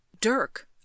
Dirk